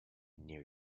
near